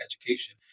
education